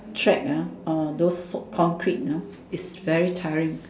track ah uh those concrete ah it's very tired